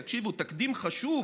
תקשיבו: "תקדים חשוב